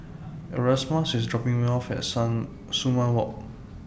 Erasmus IS dropping Me off At Sumang Walk